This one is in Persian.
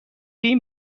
این